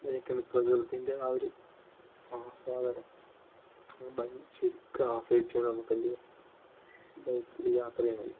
ബൈക്കിൽ നിന്ന് പ്രകൃതിൻ്റെ ആ ഒരു ആസ്വാദനം ഭംഗി ശരിക്കാസ്വദിച്ചു കൊണ്ട് നമുക്ക് എന്തു ചെയ്യാം ബൈക്കിൽ യാത്ര ചെയ്യാൻ കഴിയും